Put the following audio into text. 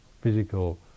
Physical